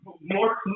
more